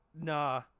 nah